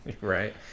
right